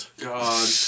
God